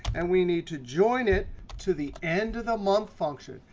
and we need to join it to the end of the month function.